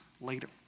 later